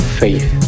faith